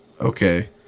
okay